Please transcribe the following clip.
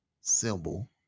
symbol